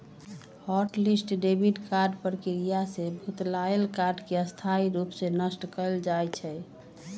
hot list debit card प्रक्रिया से भुतलायल कार्ड के स्थाई रूप से नष्ट कएल जाइ छइ